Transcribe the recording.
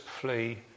flee